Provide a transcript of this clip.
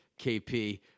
KP